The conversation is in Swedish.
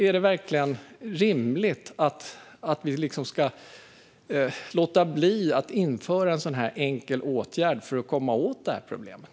Är det verkligen rimligt att låta bli att införa en enkel åtgärd för att komma åt problemet?